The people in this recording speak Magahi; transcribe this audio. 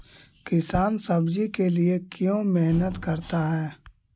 किसान सब्जी के लिए क्यों मेहनत करता है?